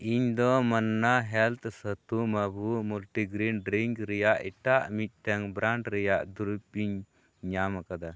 ᱤᱧ ᱫᱚ ᱢᱟᱱᱱᱟ ᱦᱮᱞᱛᱷ ᱥᱟᱛᱩᱱ ᱢᱟᱵᱷᱩ ᱢᱟᱱᱴᱤᱜᱨᱤᱱ ᱰᱨᱤᱝᱠ ᱨᱮᱭᱟᱜ ᱮᱴᱟᱜ ᱢᱤᱫᱴᱟᱝ ᱵᱨᱟᱱᱰ ᱨᱮᱭᱟᱜ ᱫᱩᱨᱤᱵᱤᱧ ᱧᱟᱢ ᱟᱠᱟᱫᱟ